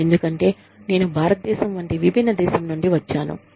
ఎందుకంటే నేను భారతదేశం వంటి విభిన్న దేశం నుండి వచ్చాను